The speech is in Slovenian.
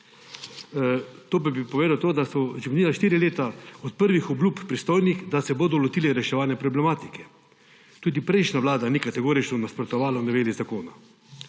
pa bi povedal to, da so že minila štiri leta od prvih obljub pristojnih, da se bodo lotili reševanja problematike. Tudi prejšnja vlada ni kategorično nasprotovala noveli zakona.